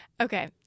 Okay